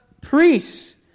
priests